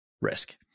risk